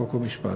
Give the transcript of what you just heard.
חוק ומשפט.